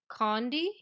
condi